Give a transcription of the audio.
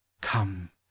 Come